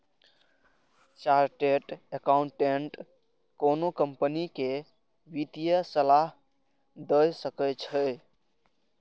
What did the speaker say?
chartered accountant कोनो company कें वित्तीय सलाह दए सकै छै